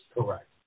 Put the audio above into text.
Correct